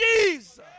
Jesus